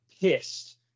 pissed